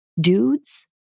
dudes